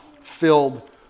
filled